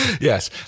Yes